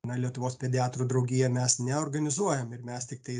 na lietuvos pediatrų draugija mes neorganizuojam ir mes tiktai